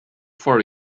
for